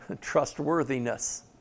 Trustworthiness